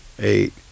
eight